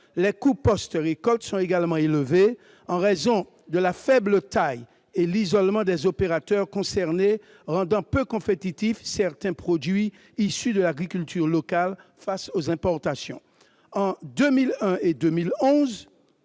Les coûts post-récoltes sont également élevés, en raison de la faible taille et de l'isolement des opérateurs concernés, rendant certains produits issus de l'agriculture locale peu compétitifs